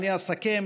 ואני אסכם,